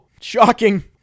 shocking